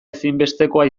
ezinbestekoa